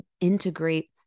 integrate